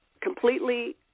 completely